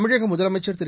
தமிழக முதலமைச்சர் திரு